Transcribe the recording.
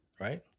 Right